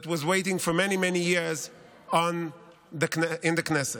that was waiting for many many years in the Knesset.